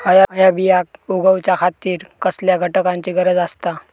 हया बियांक उगौच्या खातिर कसल्या घटकांची गरज आसता?